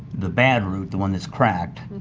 the bad root, the one that's cracked,